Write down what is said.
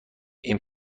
این